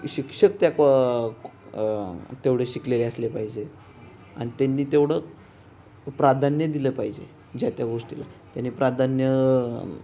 शिक्षक त्या क तेवढे शिकलेले असले पाहिजे आणि त्यांनी तेवढं प्राधान्य दिलं पाहिजे ज्या त्या गोष्टीला त्याने प्राधान्य